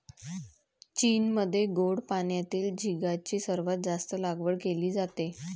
चीनमध्ये गोड पाण्यातील झिगाची सर्वात जास्त लागवड केली जाते